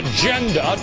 Agenda